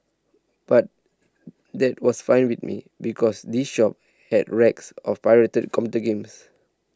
but that was fine with me because these shops had racks of pirated computer games